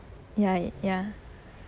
ya ya